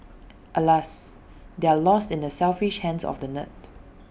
alas they're lost in the selfish hands of the nerd